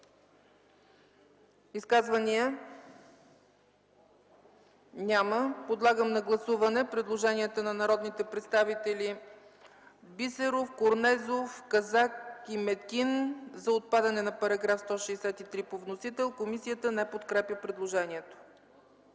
Изказвания? Няма. Подлагам на гласуване предложенията на народните представители Бисеров, Корнезов, Казак и Метин за отпадане на § 163 по вносител, които не са подкрепени от